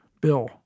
Bill